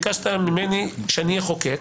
אני קורא את החוק שביקשתי ממני שאני אחוקק,